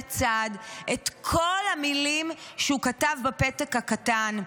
צעד את כל המילים שהוא כתב בפתק הקטן,